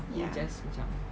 ya